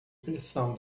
pressão